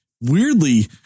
weirdly